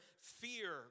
Fear